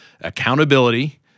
Accountability